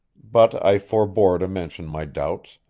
but i forbore to mention my doubts,